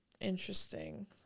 Interesting